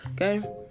Okay